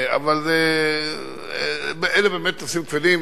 אבל אלה באמת נושאים כבדים,